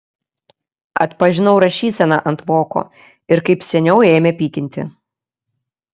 atpažinau rašyseną ant voko ir kaip seniau ėmė pykinti